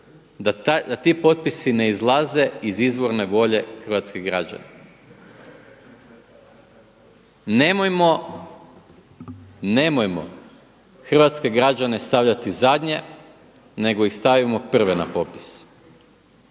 da ti potpisi ne izlaze iz izvorne volje hrvatskih građana. Nemojmo, nemojmo hrvatske građane stavljati zadnje nego ih stavimo prve na popis.